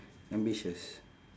ambitious